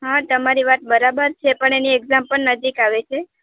હાં તમારી વાત બરાબર છે પણ એની એક્ઝામ પણ નજીક આવે છે